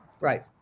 Right